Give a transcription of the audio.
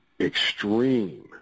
extreme